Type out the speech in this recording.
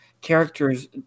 characters